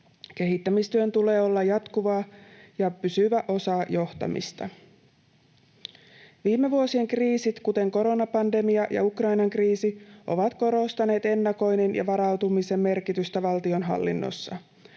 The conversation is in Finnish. Kehittämistyön tulee olla jatkuvaa ja pysyvä osa johtamista. Viime vuosien kriisit, kuten koronapandemia ja Ukrainan kriisi, ovat korostaneet ennakoinnin ja varautumisen merkitystä valtionhallinnossa.